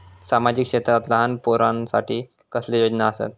सामाजिक क्षेत्रांत लहान पोरानसाठी कसले योजना आसत?